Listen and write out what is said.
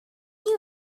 you